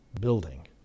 building